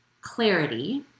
clarity